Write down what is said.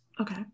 Okay